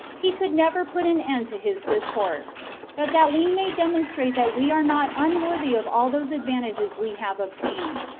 he could never put an end to his discourse but that we may demonstrate that we are not unworthy of all those advantages we have obtained,